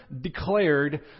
declared